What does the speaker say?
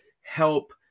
help